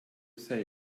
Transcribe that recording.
say